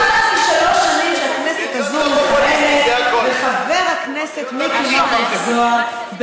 אחרי למעלה משלוש שנים שהכנסת הזאת מכהנת חבר הכנסת מיקי מכלוף זוהר,